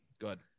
good